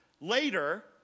Later